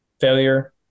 Failure